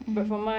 mmhmm